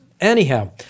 Anyhow